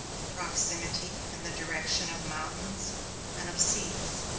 the proximity and the direction of mountains and of seas,